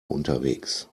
unterwegs